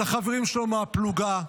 על החברים שלו מהפלוגה,